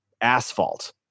asphalt